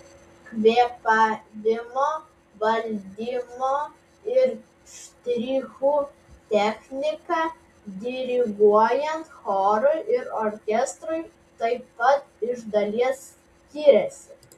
kvėpavimo valdymo ir štrichų technika diriguojant chorui ir orkestrui taip pat iš dalies skiriasi